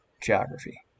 geography